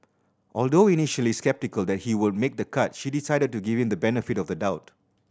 although initially sceptical that he would make the cut she decided to give him the benefit of the doubt